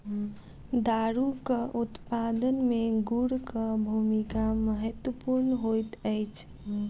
दारूक उत्पादन मे गुड़क भूमिका महत्वपूर्ण होइत अछि